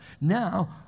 Now